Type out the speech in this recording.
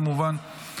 כמובן.